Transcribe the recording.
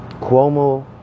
Cuomo